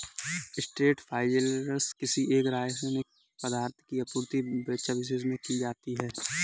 straight fertiliser से किसी एक रसायनिक पदार्थ की आपूर्ति वृक्षविशेष में की जाती है